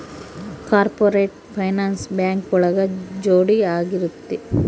corporate finance bank ಒಳಗ ಜೋಡಿ ಆಗಿರುತ್ತೆ